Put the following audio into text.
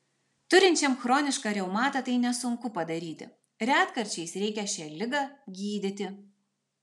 turinčiam chronišką reumatą tai nesunku padaryti retkarčiais reikia šią ligą gydyti